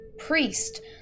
Priest